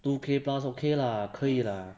two K plus okay lah 可以 lah